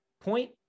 Point